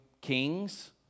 kings